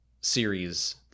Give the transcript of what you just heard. series